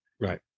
Right